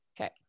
Okay